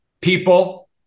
People